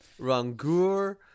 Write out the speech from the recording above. Rangur